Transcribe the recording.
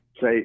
say